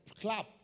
club